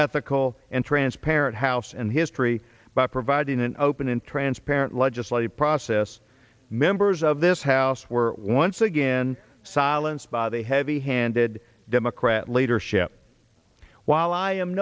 ethical and transparent house and history by providing an open and transparent legislative process members of this house were once again silenced by the heavy handed democrat leadership while i am